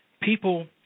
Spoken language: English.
People